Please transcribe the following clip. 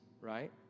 right